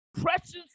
precious